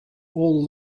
all